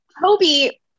Toby